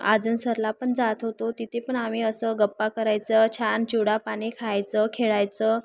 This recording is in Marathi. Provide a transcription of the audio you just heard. आजनसरला पण जात होतो तिथे पण आम्ही असं गप्पा करायचं छान चिवडा पाणी खायचं खेळायचं